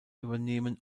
übernehmen